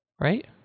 right